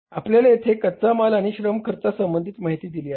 आपल्याला येथे कच्चा माल आणि श्रम खर्चा संबंधित माहिती दिली आहे